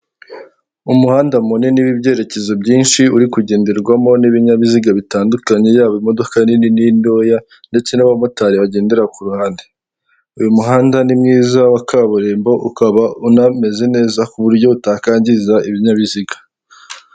Umuhanda munini w'ibyerekezo byinshi uri kugenderwamo n'ibinyabiziga bitandukanye yaba imodoka nini n'intoya ndetse n'abamotari bagendera ku ruhande uyu muhanda ni mwiza wa kaburimbo ukaba unameze neza ku buryo utakangiza ibinyabiziga .